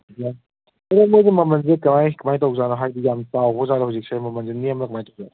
ꯑꯗꯣ ꯃꯣꯏꯁꯦ ꯃꯃꯜꯁꯦ ꯀꯃꯥꯏꯅ ꯀꯃꯥꯏꯅ ꯀꯃꯥꯏꯅ ꯇꯧꯖꯥꯠꯅꯣ ꯍꯥꯏꯗꯤ ꯌꯥꯝ ꯆꯥꯎꯕꯖꯥꯠꯂ ꯍꯧꯖꯤꯛꯁꯦ ꯃꯃꯜꯁꯦ ꯅꯦꯝꯕ꯭ꯔꯥ ꯀꯃꯥꯏꯅ ꯇꯧꯒꯦ